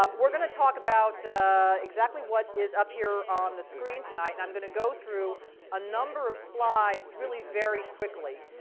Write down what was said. um we're going to talk about exactly what is up here on the screen tonight, and i'm going to go through a number of slides really very quickly,